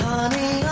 Honey